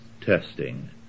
testing